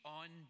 on